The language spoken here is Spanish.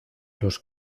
los